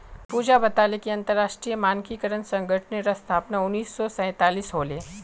पूजा बताले कि अंतरराष्ट्रीय मानकीकरण संगठनेर स्थापना उन्नीस सौ सैतालीसत होले